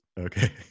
Okay